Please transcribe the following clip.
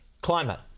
Climate